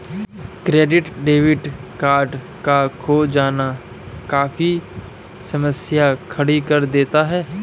credit debit card का खो जाना काफी समस्या खड़ी कर देता है